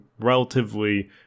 relatively